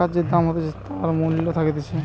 টাকার যে দাম হতিছে মানে তার কত মূল্য থাকতিছে